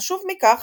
וחשוב מכך,